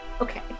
Okay